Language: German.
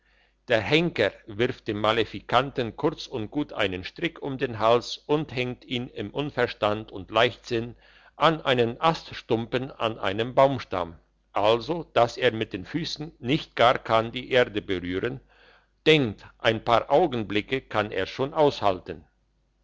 der henker wirft dem malefikanten kurz und gut einen strick um den hals und henkt ihn im unverstand und leichtsinn an einen aststumpen an einem baumstamm also dass er mit den füssen nicht gar kann die erde berühren denkt ein paar augenblicke kann er's schon aushalten